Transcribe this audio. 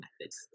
methods